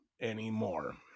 anymore